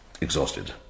exhausted